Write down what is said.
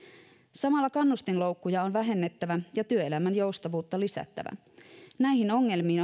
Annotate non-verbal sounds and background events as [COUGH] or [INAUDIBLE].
samalla kannustinloukkuja on vähennettävä ja työelämän joustavuutta lisättävä näihin ongelmiin [UNINTELLIGIBLE]